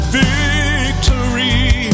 victory